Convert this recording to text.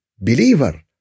believer